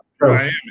Miami